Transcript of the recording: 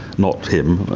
not him,